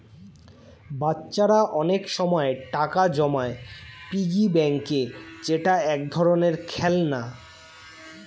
বাচ্চারা অনেক সময় টাকা জমায় পিগি ব্যাংকে যেটা এক ধরনের খেলনা